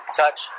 touch